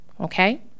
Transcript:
okay